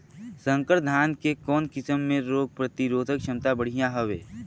संकर धान के कौन किसम मे रोग प्रतिरोधक क्षमता बढ़िया हवे?